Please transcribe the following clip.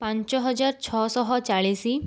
ପାଞ୍ଚ ହଜାର ଛଅ ଶହ ଚାଳିଶ